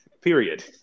Period